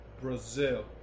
Brazil